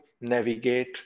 navigate